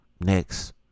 Next